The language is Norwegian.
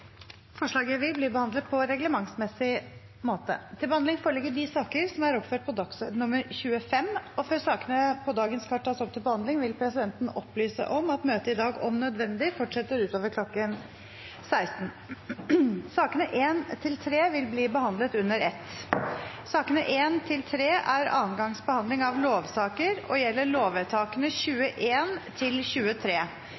Forslaget vil bli behandlet på reglementsmessig måte. Før sakene på dagens kart tas opp til behandling, vil presidenten opplyse om at møtet i dag, om nødvendig, fortsetter utover kl. 16. Sakene nr. 1–3 vil bli behandlet under ett. Ingen har bedt om ordet. Sakene nr. 4 og 5 vil bli behandlet under ett. Etter ønske fra justiskomiteen vil presidenten ordne debatten slik: 5 minutter til hver partigruppe og 5 minutter til medlemmer av